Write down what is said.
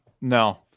No